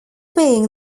being